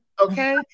Okay